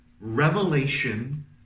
revelation